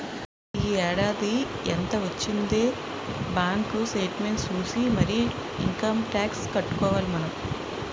ఈ ఏడాది ఎంత వొచ్చిందే బాంకు సేట్మెంట్ సూసి మరీ ఇంకమ్ టాక్సు కట్టుకోవాలి మనం